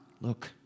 Look